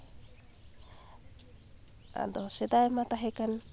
ᱟᱫᱚ ᱥᱮᱫᱟᱭ ᱢᱟ ᱛᱟᱦᱮᱠᱟᱱ